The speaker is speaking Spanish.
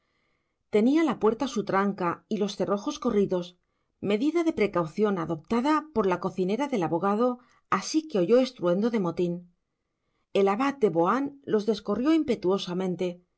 tenía la puerta su tranca y los cerrojos corridos medida de precaución adoptada por la cocinera del abogado así que oyó estruendo de motín el abad de boán los descorrió